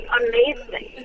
amazing